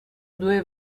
due